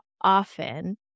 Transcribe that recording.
often